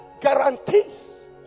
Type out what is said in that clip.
guarantees